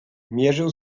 mierzył